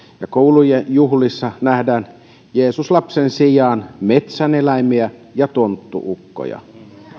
ja koulujen juhlissa nähdään jeesus lapsen sijaan metsäneläimiä ja tonttu ukkoja